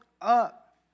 up